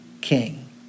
king